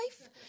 life